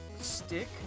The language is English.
Stick